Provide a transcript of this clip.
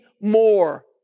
more